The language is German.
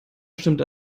stimmte